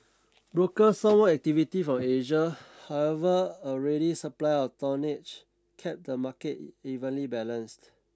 broker some what activity from Asia however a ready supply of tonnage kept the market evenly balanced